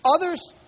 Others